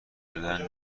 شدن